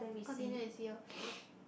continue and see loh